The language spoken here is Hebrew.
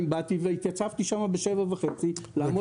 באתי והתייצבתי שם בשבע וחצי לעשות את זה.